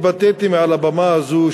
התבטאתי מעל הבמה הזאת,